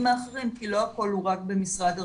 האחרים כי לא הכול הוא רק במשרד הרווחה.